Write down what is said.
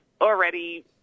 already